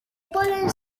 poden